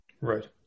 Right